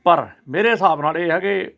ਪਰ ਮੇਰੇ ਹਿਸਾਬ ਨਾਲ ਇਹ ਹੈ ਕਿ